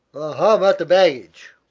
how about the baggage?